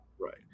Right